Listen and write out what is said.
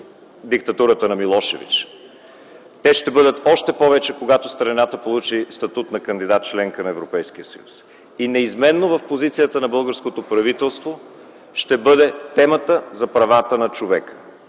диктатурата на Милошевич. Те ще бъдат още повече, когато страната получи статут на кандидат – членка на Европейския съюз. И неизменно в позицията на българското правителство ще бъде темата за правата на човека